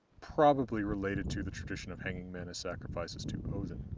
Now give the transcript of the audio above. probably related to the tradition of hanging men as sacrifices to odinn.